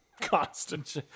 Constant